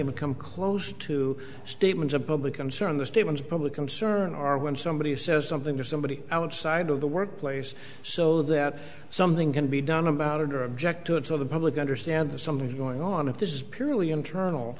even come close to statements of public concern the state was public concern or when somebody says something to somebody outside of the workplace so that something can be done about it or object to it so the public understand there's something going on if this is purely internal